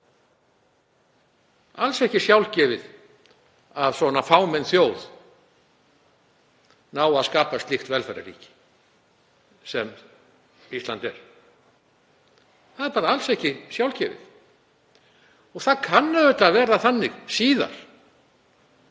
alls ekki sjálfgefið að svona fámenn þjóð nái að skapa slíkt velferðarríki sem Ísland er. Það er bara alls ekki sjálfgefið. Það kann auðvitað að verða þannig síðar,